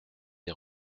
des